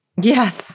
Yes